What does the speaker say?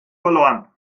verloren